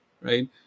right